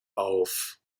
auf